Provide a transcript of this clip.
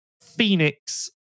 Phoenix